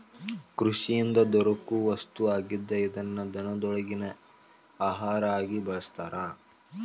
ಕೃಷಿಯಿಂದ ದೊರಕು ವಸ್ತು ಆಗಿದ್ದ ಇದನ್ನ ದನಗೊಳಗಿ ಆಹಾರಾ ಆಗಿ ಬಳಸ್ತಾರ